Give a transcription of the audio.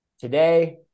today